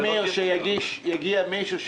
לבקש שיגיע מישהו,